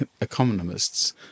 economists